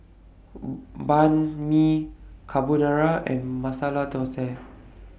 Banh MI Carbonara and Masala Dosa